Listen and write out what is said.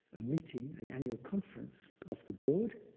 a meeting, an annual conference of the board,